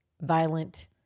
violent